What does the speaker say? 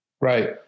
Right